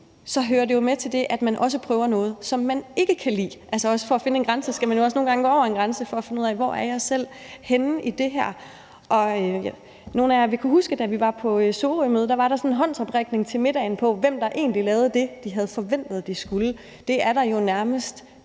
hører det jo med, at man også prøver noget, som man ikke kan lide. For at finde en grænse skal man jo også nogle gange gå over en grænse for at finde ud af, hvor man selv er henne i det. Nogle af jer vil kunne huske, da vi var på Sorømødet. Der var der sådan en håndsoprækning til middagen om, hvem der egentlig lavede det, de havde forventet de skulle. Det er der jo nærmest